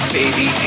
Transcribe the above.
baby